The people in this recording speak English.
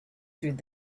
through